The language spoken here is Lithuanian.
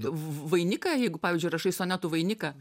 vainiką jeigu pavyzdžiui rašai sonetų vainiką